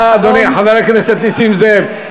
סליחה, אדוני, חבר הכנסת נסים זאב.